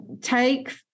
take